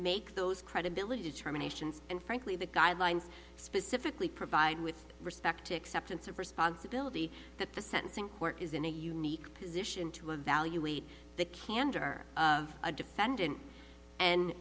make those credibility determinations and frankly the guidelines specifically provide with respect to acceptance of responsibility that the sentencing court is in a unique position to evaluate the candor of a defendant and